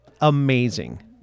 amazing